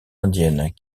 indienne